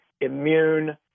immune